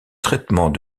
traitement